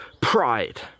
pride